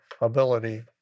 ability